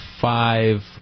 five